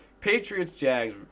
Patriots-Jags